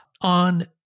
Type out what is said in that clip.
On